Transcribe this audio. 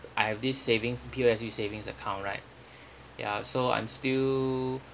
I have this savings P_O_S_B savings account right ya so I'm still